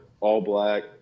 all-black